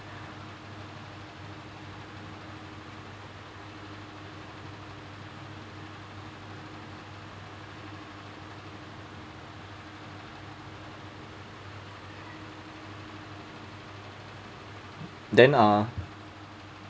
then uh